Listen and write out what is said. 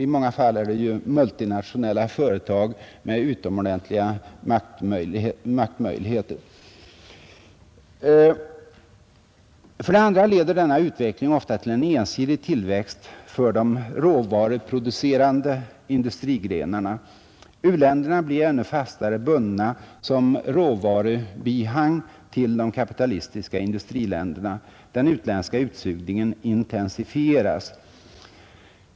I många fall är det ju multinationella företag med utomordentliga maktmöjligheter. För det andra leder denna utveckling ofta till en ensidig tillväxt för de råvaruproducerande industrigrenarna. U-länderna blir ännu fastare bundna som råvarubihang till de kapitalistiska industriländerna. Den utländska utsugningen intensifieras.